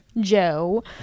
Joe